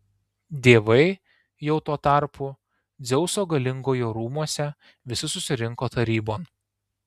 dievai jau tuo tarpu dzeuso galingojo rūmuose visi susirinko tarybon